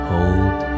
Hold